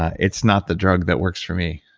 it's not the drug that works for me.